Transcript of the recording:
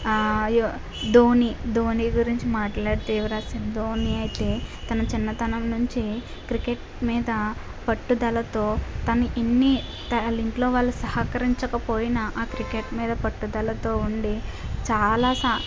you Dhoni Dhoni గురించి మాట్లాడితే యువరాజ్ సింగ్ ధోని అయితే తన చిన్నతనం నుంచి క్రికెట్ మీద పట్టుదలతో తను ఇన్ని తన ఇంట్లో వాళ్ళు సహకరించకపోయినా ఆ క్రికెట్ మీద పట్టుదలతో ఉండి చాలా సా